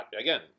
Again